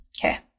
okay